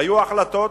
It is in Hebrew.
היו החלטות,